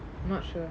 not sure